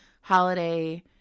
holiday